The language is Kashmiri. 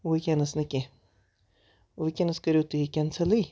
وٕنکیٚنس نہٕ کیٚنہہ وٕنکیٚنس کٔرِو تُہۍ یہِ کینسَلٕے